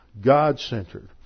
God-centered